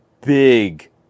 big